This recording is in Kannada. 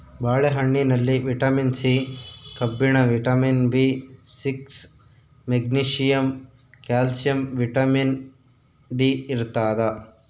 ಬಾಳೆ ಹಣ್ಣಿನಲ್ಲಿ ವಿಟಮಿನ್ ಸಿ ಕಬ್ಬಿಣ vitamin B six magnesium calcium vitamin D ಇರ್ತಾದ